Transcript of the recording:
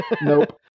Nope